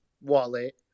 wallet